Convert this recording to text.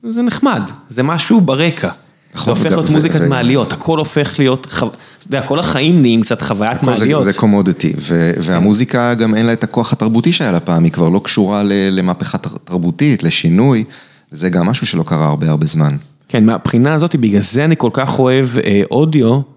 זה נחמד, זה משהו ברקע. זה הופך להיות מוזיקת מעליות, הכל הופך להיות... אתה יודע, כל החיים נהיים קצת חוויית מעליות. זה קומודטי, והמוזיקה גם אין לה את הכוח התרבותי שהיה לה פעם, היא כבר לא קשורה למהפכה תרבותית, לשינוי, זה גם משהו שלא קרה הרבה הרבה זמן. כן, מהבחינה הזאת, בגלל זה אני כל כך אוהב אודיו.